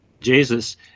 Jesus